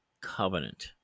covenant